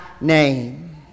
name